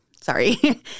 Sorry